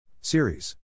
Series